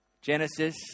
Genesis